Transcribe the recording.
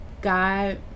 God